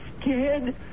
scared